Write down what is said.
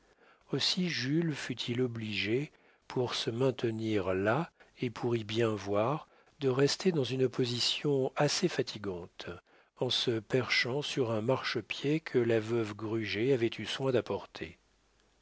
aussi jules fut-il obligé pour se maintenir là et pour y bien voir de rester dans une position assez fatigante en se perchant sur un marchepied que la veuve gruget avait eu soin d'apporter